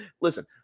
listen